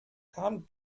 kam